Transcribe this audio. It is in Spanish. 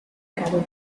carbón